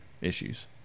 issues